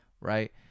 right